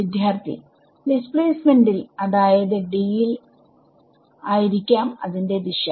വിദ്യാർത്ഥി ഡിസ്പ്ലേസ്മെന്റിൽ അതായത് ൽ ആയിരിക്കാം അതിന്റെ ഒരു ദിശ